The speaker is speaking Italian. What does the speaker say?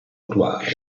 attuale